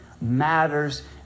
matters